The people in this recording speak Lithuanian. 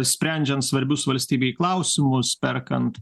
sprendžiant svarbius valstybei klausimus perkant